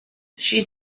she